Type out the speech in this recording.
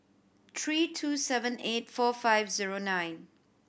three two seven eight four five zero nine